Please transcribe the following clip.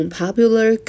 popular